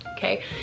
Okay